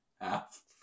Half